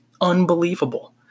Unbelievable